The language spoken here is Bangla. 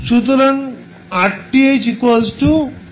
সুতরাং RTh 5 ওহম হবে